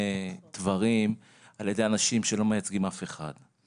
דברים על ידי אנשים שלא מייצגים אף אחד.